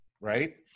right